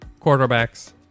quarterbacks